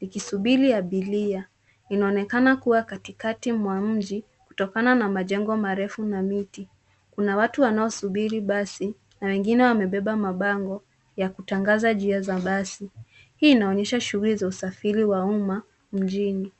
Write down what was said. likisubiri abiria. Linaonekana kuwa katikati mwa mji, kutokana na majengo marefu na miti . Kuna watu wanaosubiri basi na wengine wamebeba mabango ya kutangaza njia za basi. Hii inaonyesha shughuli za usafiri wa umma mjini.